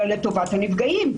אלא לטובת הנפגעים.